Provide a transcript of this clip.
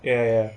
ya ya